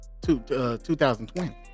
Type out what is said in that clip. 2020